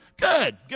good